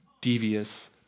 devious